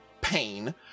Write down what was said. pain